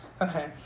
Okay